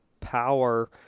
power